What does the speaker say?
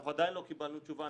אנחנו עדיין לא קיבלנו תשובה.